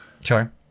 Sure